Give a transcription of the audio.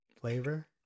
flavor